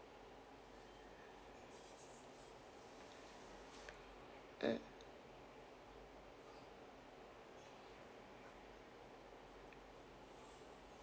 mm